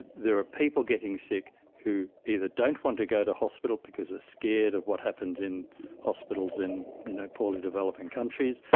there are people getting sick who either don't want to go to hospital because they're scared of what happens in hospitals in you know poorly developing countries,